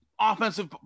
offensive